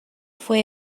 fue